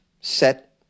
set